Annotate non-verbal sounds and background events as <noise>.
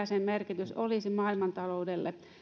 <unintelligible> sen merkitys olisi maailmantaloudelle